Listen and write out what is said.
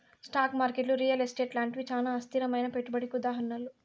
stock market real estate లాంటివి చానా అస్థిరమైనా పెట్టుబడికి ఉదాహరణలు